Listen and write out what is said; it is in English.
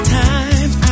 time